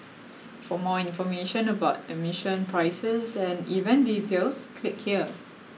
for more information about admission prices and event details click here